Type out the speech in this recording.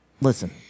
Listen